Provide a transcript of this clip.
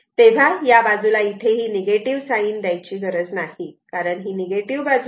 तेव्हा या बाजूला इथे हे निगेटिव साईन द्यायची गरज नाही कारण ही निगेटिव्ह बाजू आहे